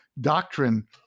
doctrine